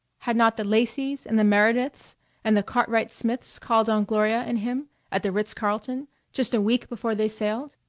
had not the lacys and the merediths and the cartwright-smiths called on gloria and him at the ritz-carlton just a week before they sailed?